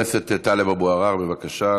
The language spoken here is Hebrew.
חבר הכנסת טלב אבו עראר, בבקשה.